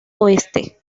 oeste